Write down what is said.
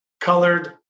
colored